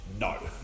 no